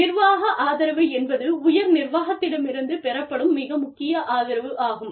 நிர்வாக ஆதரவு என்பது உயர் நிர்வாகத்திடமிருந்து பெறப்படும் மிக முக்கிய ஆதரவாகும்